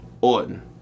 Orton